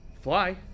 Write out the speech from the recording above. fly